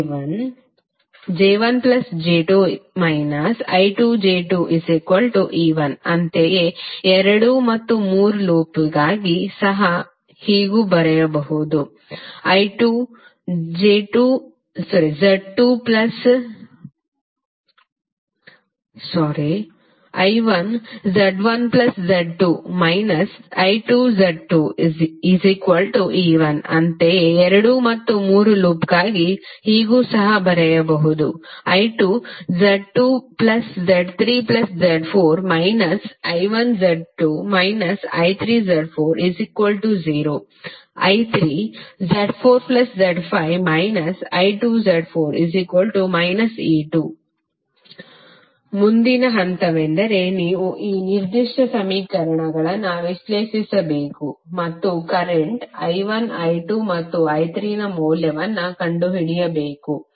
I1Z1Z2 I2Z2E1 ಅಂತೆಯೇ ಎರಡು ಮತ್ತು ಮೂರು ಲೂಪ್ಗಾಗಿ ಹೀಗೂ ಸಹ ಬರೆಯಬಹುದು I2Z2Z3Z4 I1Z2 I3Z40 I3Z4Z5 I2Z4 E2 ಮುಂದಿನ ಹಂತವೆಂದರೆ ನೀವು ಈ ನಿರ್ದಿಷ್ಟ ಸಮೀಕರಣಗಳನ್ನು ವಿಶ್ಲೇಷಿಸಬೇಕು ಮತ್ತು ಕರೆಂಟ್ I1 I2 ಮತ್ತು I3 ನ ಮೌಲ್ಯವನ್ನು ಕಂಡುಹಿಡಿಯಬೇಕು